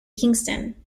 kingston